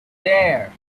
there